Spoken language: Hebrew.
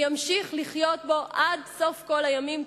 וימשיך לחיות בו עד סוף כל הימים,